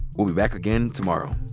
we'll be back again tomorrow